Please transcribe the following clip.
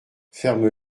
ferme